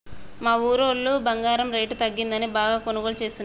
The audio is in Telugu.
మా ఊరోళ్ళు బంగారం రేటు తగ్గిందని బాగా కొనుగోలు చేస్తున్నరు